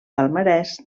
palmarès